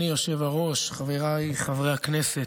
אדוני היושב-ראש, חבריי חברי הכנסת,